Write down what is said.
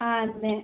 ആ അതെ